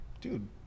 Dude